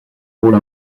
rôle